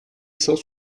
cent